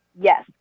yes